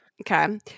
Okay